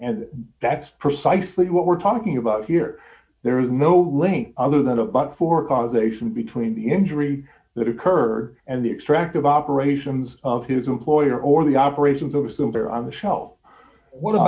and that's precisely what we're talking about here there is no link other than about four causation between the injury that occur and the extract of operations of his employer or the operations of assumed there on the shelf what a